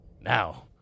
Now